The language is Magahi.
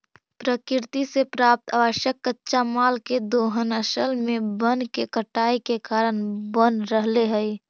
प्रकृति से प्राप्त आवश्यक कच्चा माल के दोहन असल में वन के कटाई के कारण बन रहले हई